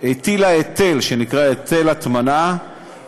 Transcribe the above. הטילה היטל שנקרא "היטל הטמנה",